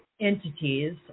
entities